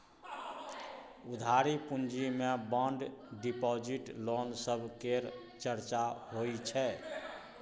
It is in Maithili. उधारी पूँजी मे बांड डिपॉजिट, लोन सब केर चर्चा होइ छै